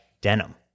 denim